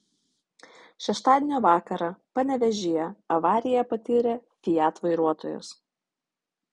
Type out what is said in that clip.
šeštadienio vakarą panevėžyje avariją patyrė fiat vairuotojas